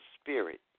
Spirit